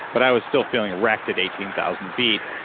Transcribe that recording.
but i was still feeling wrecked at eighteen thousand feet.